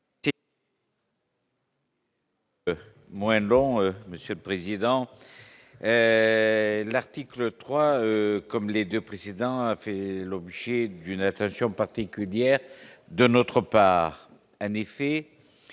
Moins long, monsieur le président, l'article 3 comme les 2 précédents, a fait l'objet d'une attention particulière de notre part, en effet,